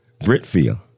Britfield